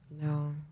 No